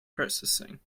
processing